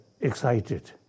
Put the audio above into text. excited